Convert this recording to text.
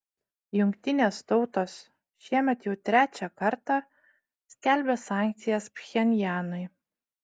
jungtinės tautos šiemet jau trečią kartą skelbia sankcijas pchenjanui